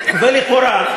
ולכאורה,